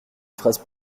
phrases